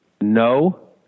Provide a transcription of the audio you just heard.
no